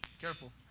Careful